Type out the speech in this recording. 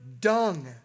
dung